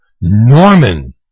Norman